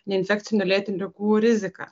neinfekcinių lėtinių ligų riziką